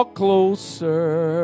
closer